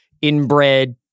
inbred